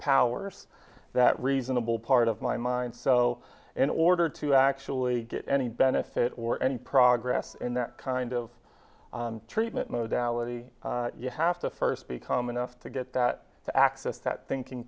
powers that reasonable part of my mind so in order to actually get any benefit or any progress in that kind of treatment modality you have to first become enough to get that to access that thinking